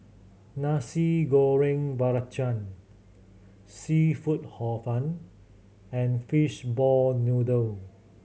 Nasi Goreng Belacan seafood Hor Fun and fishball noodle